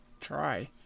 try